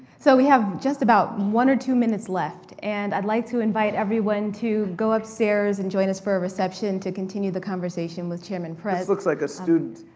so we have just about one or two minutes left. and i'd like to invite everyone to go upstairs and join us for a reception to continue the conversation with chairman perez. this looks like a student,